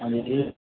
अंजी